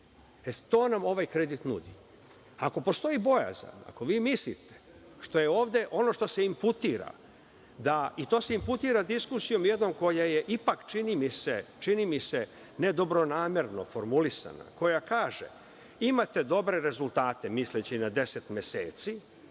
To nam ovaj kredit nudi. Ako postoji bojazan, ako mislite što je ovde ono što se inputira i to se inputira diskusijom jednom koja je ipak čini mi se nedobronamerno formulisana, koja kaže imate dobre rezultate, misleći na deset meseci